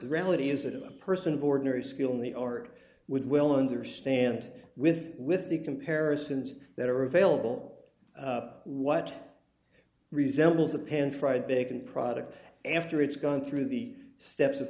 the reality is that a person of ordinary skill in the art would will understand with with the comparisons that are available what resembles a pan fried bacon product after it's gone through the steps of